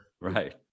Right